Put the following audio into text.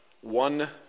One